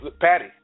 Patty